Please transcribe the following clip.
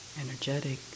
energetic